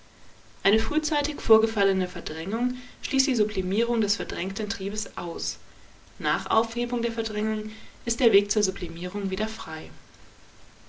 eine frühzeitig vorgefallene verdrängung schließt die sublimierung des verdrängten triebes aus nach aufhebung der verdrängung ist der weg zur sublimierung wieder frei